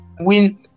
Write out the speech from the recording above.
win